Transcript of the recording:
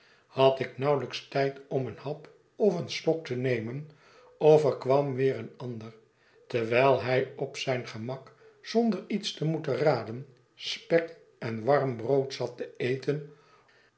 had ik nauwelijks tijd om een hap of een slokte nemen of er kwam weer een ander terwijl hij op zijn gemak zonder iets te moeten raden spek en warm brood zat te eten